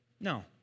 No